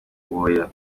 uwoya